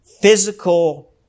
physical